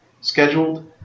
scheduled